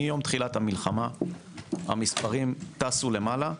מיום תחילת המלחמה המספרים טסו למעלה.